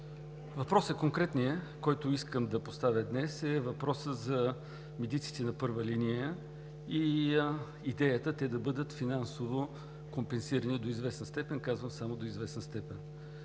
въпрос, който искам да поставя днес, е въпросът за медиците на първа линия и идеята те да бъдат финансово компенсирани до известна степен – казвам само до известна степен.